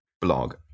blog